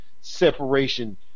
separation